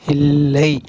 இல்லை